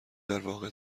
درواقع